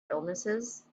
illnesses